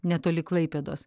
netoli klaipėdos